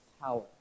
power